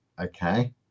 Okay